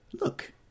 Look